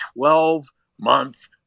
12-month